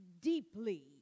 deeply